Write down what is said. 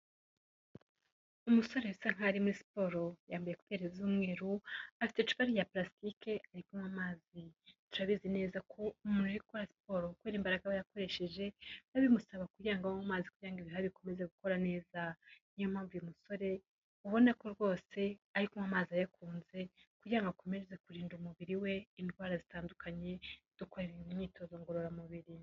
Umusore asa nkaho ari muri siporo yambaye ekuteri z'umweru, afite icupa rya plasitike ri kunywa amazi. Turabizi neza ko umuntu ukora siporo kubera imbaraga aba yakoresheje, biba bimusaba kugira ngo anywe amazi kugira ngo ibihahsa bikomeze gukora neza. Niyo mpamvu uyu musore ubona ko rwose ariywa amazi ayakunze kugira ngo akomeze kurinda umubiri we indwara zitandukanye dukora ibintu imyitozo ngororamubiri.